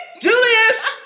Julius